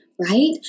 right